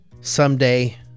someday